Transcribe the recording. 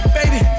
baby